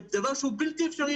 זה דבר בלתי אפשרי,